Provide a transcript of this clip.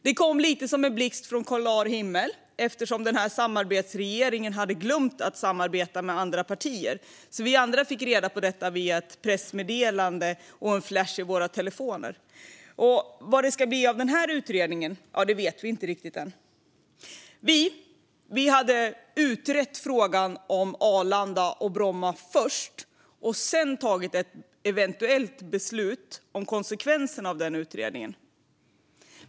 Det kom lite som en blixt från klar himmel, eftersom den här samarbetsregeringen hade glömt att samarbeta med andra partier. Vi andra fick reda på detta via ett pressmeddelande och en flash i våra telefoner. Vad det ska bli av denna utredning vet vi inte riktigt än. Vi moderater skulle ha utrett frågan om Arlanda och Bromma först och sedan tagit ett eventuellt beslut som konsekvens av den utredningen.